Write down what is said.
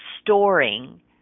storing